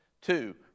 Two